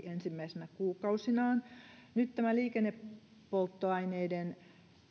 ensimmäisinä kuukausinaan nyt tämä liikennepolttoaineiden